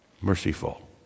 merciful